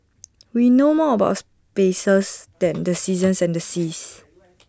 we know more about spaces than the seasons and the seas